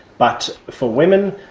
but for women,